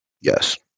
yes